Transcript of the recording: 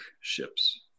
ships